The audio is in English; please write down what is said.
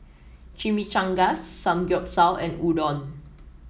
Chimichangas Samgyeopsal and Udon